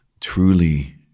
truly